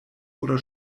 oder